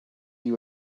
you